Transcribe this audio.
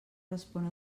respon